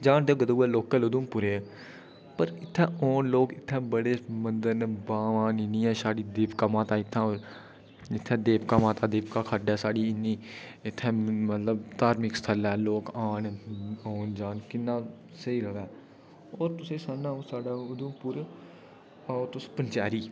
जानदे ओह्गे उऐ लोकल उधमपुरे दे पर इत्थै औन लोक इत्थै इन्ने मंदर इन्नियां बावां न इत्थै देवका माता देवका खड्ड ऐ साढ़ी इन्नी इत्थै मतलब धार्मिक स्थल न लोक औन होर तुसें गी सुनाना साढ़ा उधमपुर आओ तुस पंचैरी